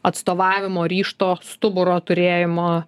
atstovavimo ryžto stuburo turėjimo